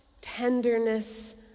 tenderness